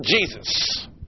Jesus